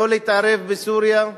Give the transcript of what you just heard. לא להתערב בסוריה.